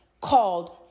called